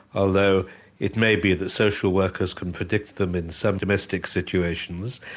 although it may be that social workers can predict them in some domestic situations.